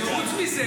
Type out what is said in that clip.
היושב-ראש עשה קרקס.